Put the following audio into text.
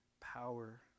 power